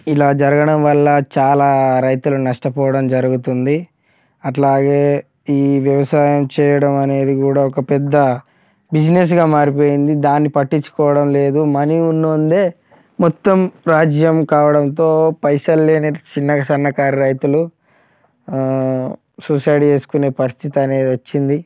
ఇలా జరగడం వల్ల చాలా రైతులు నష్టపోవడం జరుగుతుంది అలాగే ఈ వ్యవసాయం చేయడం అనేది కూడా ఒక పెద్ద బిజినెస్గా మారిపోయింది దాన్ని పట్టించుకోవడం లేదు మనీ ఉన్న వాళ్ళు మొత్తం రాజ్యం కావడంతో పైసలు లేని చిన్న సన్నకారు రైతులు సూసైడ్ చేసుకునే పరిస్థితి అనేది వచ్చింది